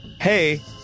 Hey